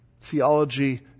Theology